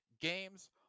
games